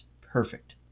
perfect